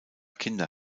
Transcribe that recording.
kinder